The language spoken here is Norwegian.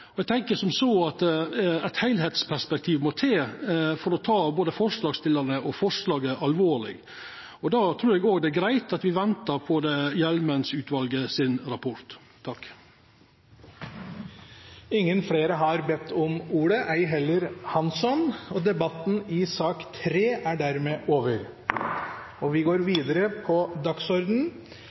Eg tenkjer som så at eit heilskapsperspektiv må til for å ta både forslagsstillarane og forslaget alvorleg, og då trur eg òg det er greitt at me ventar på Hjelmeng-utvalets rapport. Flere har ikke bedt om ordet til sak nr. 3. Etter ønske fra næringskomiteen og familie- og kulturkomiteen vil presidenten foreslå at sakene nr. 4 og